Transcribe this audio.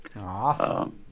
awesome